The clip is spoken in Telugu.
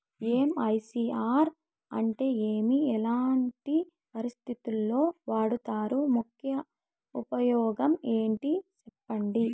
ఎమ్.ఐ.సి.ఆర్ అంటే ఏమి? ఎట్లాంటి పరిస్థితుల్లో వాడుతారు? ముఖ్య ఉపయోగం ఏంటి సెప్పండి?